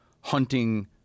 hunting